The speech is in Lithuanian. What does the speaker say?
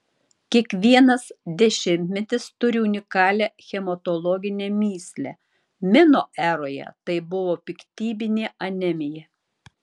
kiekvienas dešimtmetis turi unikalią hematologinę mįslę mino eroje tai buvo piktybinė anemija